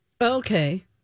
Okay